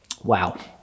Wow